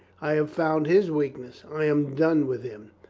i have found his weakness. i am done with him.